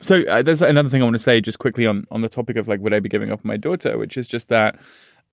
so there's another thing i wanna say just quickly on on the topic of like, would i be giving up my daughter, which is just that